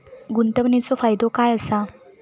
गुंतवणीचो फायदो काय असा?